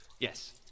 Yes